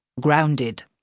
grounded